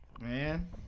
Man